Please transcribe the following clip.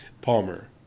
Palmer